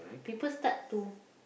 people start to